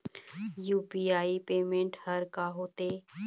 UPI payment हर का होते?